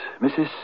Mrs